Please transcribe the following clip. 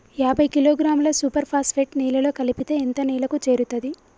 యాభై కిలోగ్రాముల super phosphate నేలలో కలిపితే ఎంత నేలకు చేరుతది?